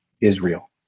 Israel